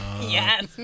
Yes